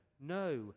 no